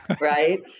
right